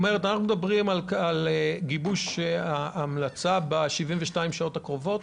אנחנו מדברים על גיבוש ההמלצה ב-72 השעות הקרובות?